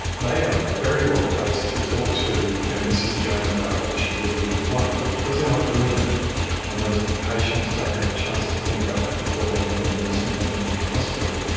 they are very well placed to talk to mrs jones about what she would or wouldn't want. but because they are not doing that and those patients don't have a chance to think about that before they end up in the nursing home or in the hospital,